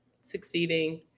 succeeding